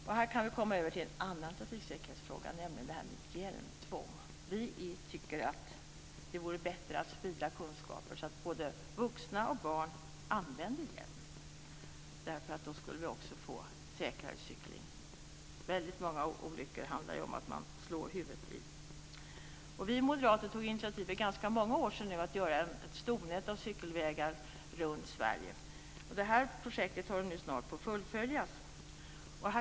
Då kan vi komma över till en annan trafiksäkerhetsfråga, nämligen om det här med hjälmtvång. Vi tycker att det vore bättre att sprida kunskaper, så att både vuxna och barn använder hjälm. Då skulle vi också få säkrare cykling. Väldigt många olyckor handlar ju om att man slår i huvudet. Vi moderater tog initiativ till - det är ganska många år sedan nu - att göra ett stomnät av cykelvägar runt Sverige. Det här projektet håller nu på att fullföljas.